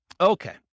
Okay